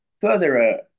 further